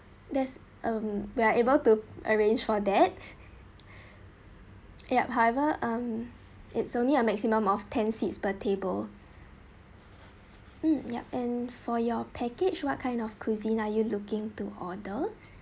there's um we're able to arrange for that yup however um it's only a maximum of ten seats per table mm yup and for your package what kind of cuisine are you looking to order